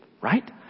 right